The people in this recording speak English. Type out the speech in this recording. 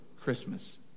Christmas